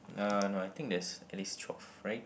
nah no I think there's at least twelve right